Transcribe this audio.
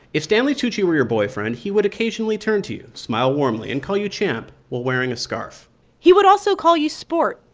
if stanley tucci were your boyfriend, he would occasionally turn to you, smile warmly and call you champ while wearing a scarf he would also call you sport.